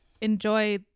enjoy